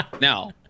Now –